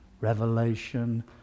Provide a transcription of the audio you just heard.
revelation